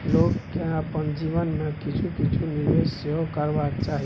लोककेँ अपन जीवन मे किछु किछु निवेश सेहो करबाक चाही